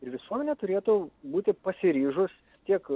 ir visuomenė turėtų būti pasiryžus tiek